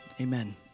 amen